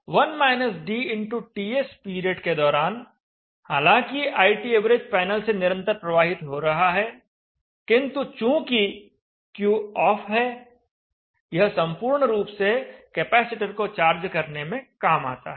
TS period के दौरान हालाँकि ITav पैनल से निरंतर प्रवाहित हो रहा है किंतु चूँकि Q ऑफ है यह संपूर्ण रूप से कैपेसिटर CT को चार्ज करने में काम आता है